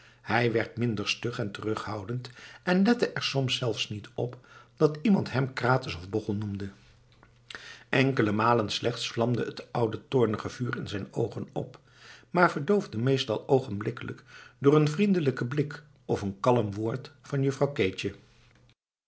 hij werd minder stug en terughoudend en lette er soms zelfs niet op dat iemand hem krates of bochel noemde enkele malen slechts vlamde het oude toornige vuur in zijn oogen op maar verdoofde meestal oogenblikkelijk door een vriendelijken blik of een kalm woord van juffrouw keetje